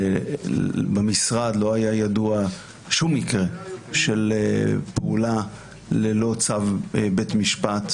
במשרד לא היה ידוע שום מקרה של פעולה ללא צו בית משפט.